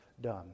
done